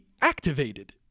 activated